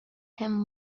him